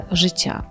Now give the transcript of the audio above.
życia